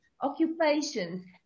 occupations